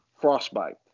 frostbite